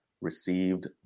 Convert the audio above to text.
received